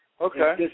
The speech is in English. Okay